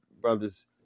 brothers